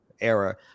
era